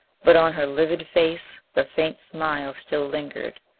but on her livid face the faint smile still lingered,